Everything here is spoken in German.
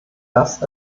das